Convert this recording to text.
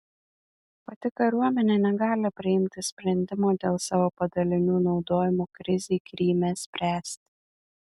pati kariuomenė negali priimti sprendimo dėl savo padalinių naudojimo krizei kryme spręsti